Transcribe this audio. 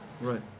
Right